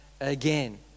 again